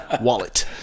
wallet